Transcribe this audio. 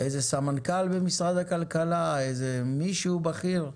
סמנכ"ל במשרד או מישהו בכיר אחר?